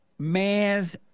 man's